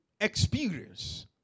experience